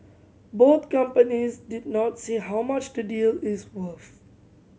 both companies did not say how much the deal is worth